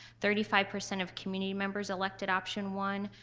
thirty five percent of community members elected option one.